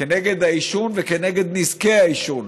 כנגד העישון וכנגד נזקי העישון.